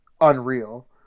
unreal